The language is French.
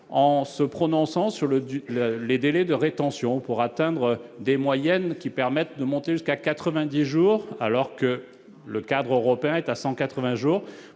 en se prononçant sur le Duc le les délais de rétention pour atteindre des moyennes qui permettent de monter jusqu'à 90 jours alors que le cadre européen est à 180 jours